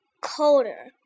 colder